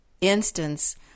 instance